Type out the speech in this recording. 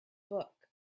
book